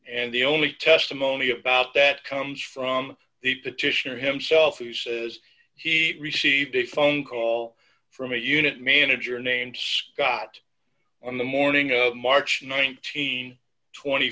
and the only testimony about that comes from the petitioner himself who says he received a phone call from a unit manager named scott on the morning of march nineteen tw